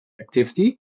activity